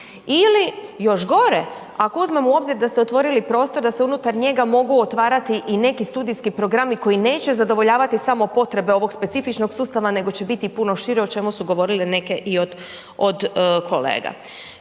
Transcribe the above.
ili još gore ako uzmemo u obzir da ste otvorili prostor da se unutar njega mogu otvarati i neki studijski programi koji neće zadovoljavati samo potrebe ovog specifičnog sustava nego će biti i puno šire, o čemu su govorile neke i od, od kolega.